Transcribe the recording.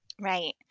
Right